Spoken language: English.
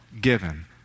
given